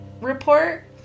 report